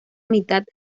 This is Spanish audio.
mitad